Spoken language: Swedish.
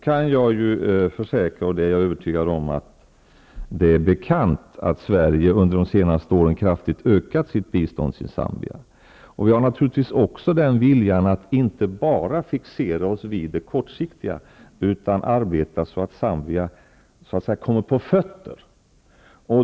Jag kan försäkra, och jag är övertygad om att det är be kant, att Sverige under de senaste åren kraftigt har ökat sitt bistånd till Zam bia. Vi har naturligtvis en vilja att inte bara fixera oss vid det kortsiktiga ar betet. Zambia måste så att säga komma på fötter.